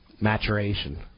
Maturation